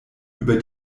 über